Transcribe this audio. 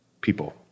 people